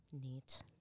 Neat